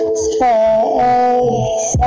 space